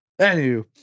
Anywho